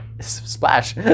splash